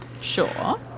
Sure